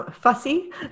fussy